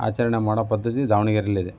ಆಚರಣೆ ಮಾಡೋ ಪದ್ಧತಿ ದಾವಣಗೆರೆಯಲ್ಲಿದೆ